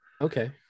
okay